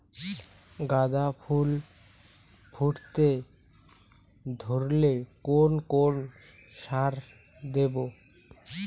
গাদা ফুল ফুটতে ধরলে কোন কোন সার দেব?